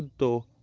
to